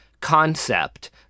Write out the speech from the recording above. concept